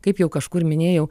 kaip jau kažkur minėjau